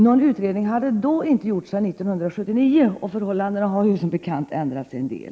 Någon utredning hade då inte gjorts sedan 1979, och förhållandena har som bekant ändrats en hel del.